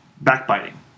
backbiting